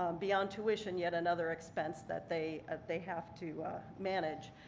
um beyond tuition, yet another expensive that they they have to manage.